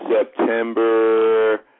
September